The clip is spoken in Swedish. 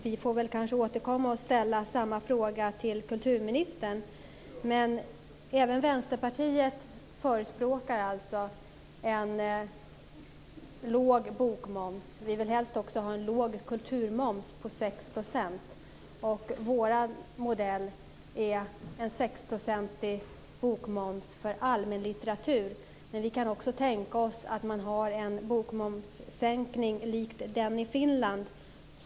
Vi får kanske återkomma och ställa samma fråga till kulturministern. Men även Vänsterpartiet förespråkar alltså en låg bokmoms. Vi vill helst också ha en låg kulturmoms på 6 %. Vår modell är en sexprocentig bokmoms för allmänlitteratur. Vi kan också tänka oss en bokmomssänkning lik den i Finland.